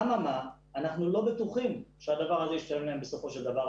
אלא שאנחנו לא בטוחים שהדבר הזה ישתלם להם בסופו של דבר.